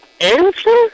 answer